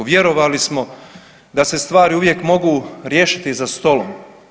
Vjerovali smo da se stvari uvijek mogu riješiti za stolom.